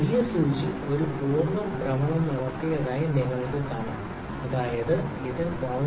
വലിയ സൂചി ഒരു പൂർണ്ണ ഭ്രമണം നടത്തിയതായി നിങ്ങൾക്ക് കാണാം അതായത് ഇത് 0